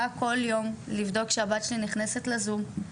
הגיעה אליי הביתה כל יום על מנת לבדוק שהבת שלי נכנסת לזום,